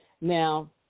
Now